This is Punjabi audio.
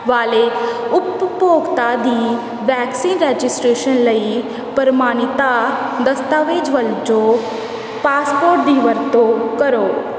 ਵਾਲੇ ਉਪਭੋਗਤਾ ਦੀ ਵੈਕਸੀਨ ਰਜਿਸਟਰੇਸ਼ਨ ਲਈ ਪ੍ਰਮਾਣਿਕਤਾ ਦਸਤਾਵੇਜ ਵਜੋਂ ਪਾਸਪੋਰਟ ਦੀ ਵਰਤੋਂ ਕਰੋ